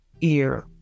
ear